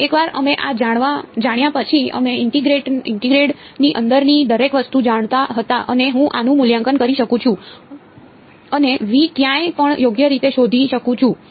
એકવાર અમે આ જાણ્યા પછી અમે ઇન્ટિગ્રેન્ડની અંદરની દરેક વસ્તુ જાણતા હતા અને હું આનું મૂલ્યાંકન કરી શકું છું અને V ક્યાંય પણ યોગ્ય રીતે શોધી શકું છું